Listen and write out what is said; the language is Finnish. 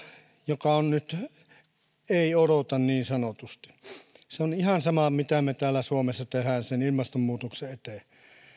joka ei nyt niin sanotusti odota se on ihan sama mitä me täällä suomessa teemme sen ilmastonmuutoksen eteen